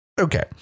okay